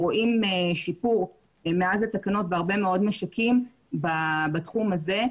רואים שיפור מאז התקנות בהרבה מאוד משקים בתחום הזה,